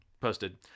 posted